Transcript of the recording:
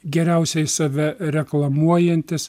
geriausiai save reklamuojantys